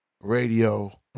radio